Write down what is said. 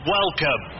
welcome